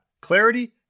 clarity